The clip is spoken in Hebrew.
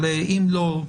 אבל אם לא,